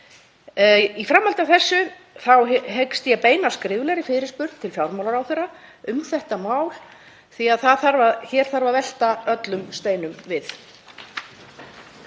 Í framhaldi af þessu hyggst ég beina skriflegri fyrirspurn til fjármálaráðherra um þetta mál því að hér þarf að velta öllum steinum við.